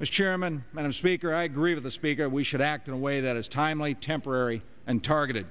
mr chairman madam speaker i agree with the speaker we should act in a way that is timely temporary and targeted